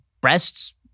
breasts